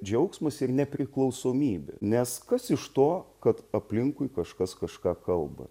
džiaugsmas ir nepriklausomybė nes kas iš to kad aplinkui kažkas kažką kalba